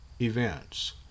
events